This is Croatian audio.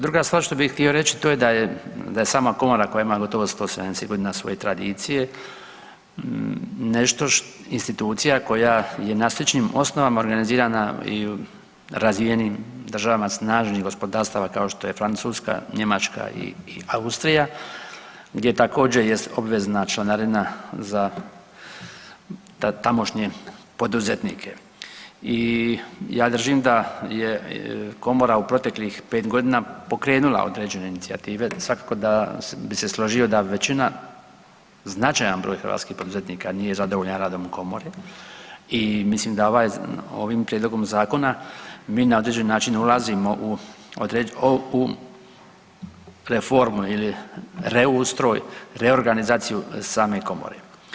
Druga stvar što bih htio reći, to je da je, da je sama Komora koja ima gotovo 170 g. svoje tradicije nešto, institucija koja je na sličnim osnovama organizirana i u razvijenijim državama snažnih gospodarstava kao što je Francuska, Njemačka i Austrija, gdje također, jest obvezna članarina za tamošnje poduzetnike i ja držim da je Komora u proteklih 5 godina pokrenula određene inicijative, svakako da bi se složio da većina značajan broj hrvatskih poduzetnika nije zadovoljan radom Komore i mislim da ovim prijedlogom Zakona mi na određeni način ulazimo u određen, reformu ili reustroj, reorganizaciju same Komore.